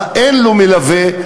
אין לו מלווה,